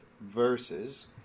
verses